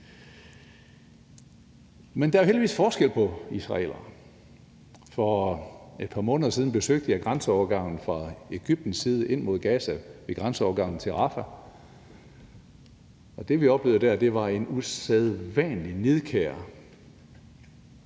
men der er heldigvis forskel på israelere. For et par måneder siden besøgte jeg grænseovergangen på Egyptens side ind mod Gaza ved grænseovergangen til Rafah, og det, vi oplevede der, var en usædvanlig nidkær